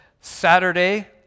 Saturday